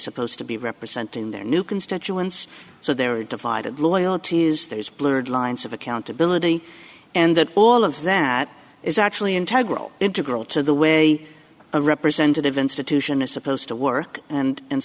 supposed to be representing their new constituents so they're divided loyalties those blurred lines of accountability and all of that is actually integrity integral to the way a representative institution is supposed to work and